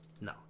no